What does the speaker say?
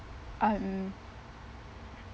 I'm